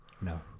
no